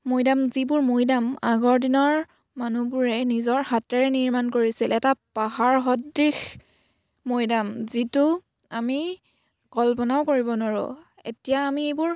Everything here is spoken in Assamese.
মৈদাম যিবোৰ মৈদাম আগৰ দিনৰ মানুহবোৰে নিজৰ হাতেৰে নিৰ্মাণ কৰিছিল এটা পাহাৰ সদৃশ মৈদাম যিটো আমি কল্পনাও কৰিব নোৱাৰোঁ এতিয়া আমি এইবোৰ